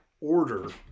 order